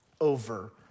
over